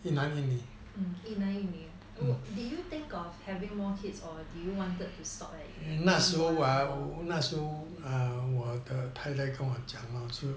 mmhmm 一男一女啊 did you think of having more kids or did you wanted one boy one girl